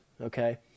okay